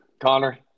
Connor